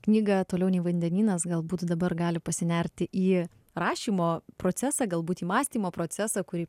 knygą toliau nei vandenynas galbūt dabar gali pasinerti į rašymo procesą galbūt į mąstymo procesą kurį